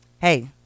hey